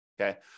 okay